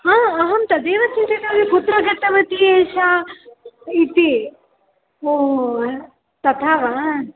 हा अहं तदेव चिन्तितवती कुत्र गतवती एषा इति ओ तथा वा